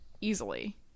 easily